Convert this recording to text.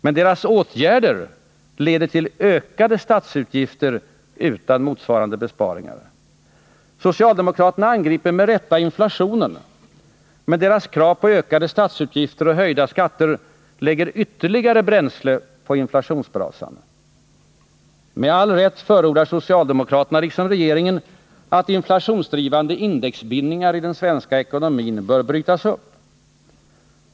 Men deras åtgärder leder till ökade statsutgifter utan motsvarande besparingar. Socialdemokraterna angriper med rätta inflationen. Men deras krav på ökade statsutgifter och höjda skatter lägger ytterligare bränsle på inflationsbrasan. Med all rätt förordar socialdemokraterna — liksom regeringen — att inflationsdrivande indexbindningar i den svenska ekonomin skall brytas upp.